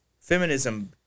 feminism